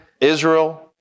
Israel